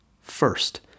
First